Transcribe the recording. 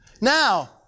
Now